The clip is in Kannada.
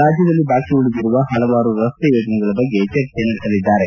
ರಾಜ್ಯದಲ್ಲಿ ಬಾಕಿ ಉಳಿದಿರುವ ಹಲವಾರು ರಸ್ತೆ ಯೋಜನೆಗಳ ಬಗ್ಗೆ ಚರ್ಚೆ ನಡೆಸಲಿದ್ದಾರೆ